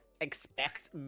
expect